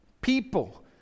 people